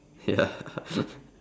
ya